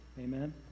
Amen